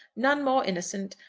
none more innocent,